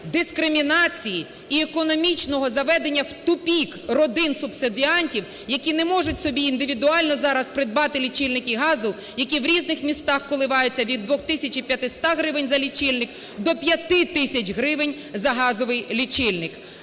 дискримінації і економічного заведення в тупік родин субсидіантів, які не можуть собі індивідуально зараз придбати лічильники газу, які в різних містах коливаються від 2 тисячі 500 гривень за лічильник до 5 тисяч гривень за газовий лічильник.